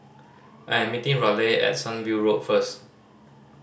I'm meeting Raleigh at Sunview Road first